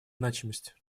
значимость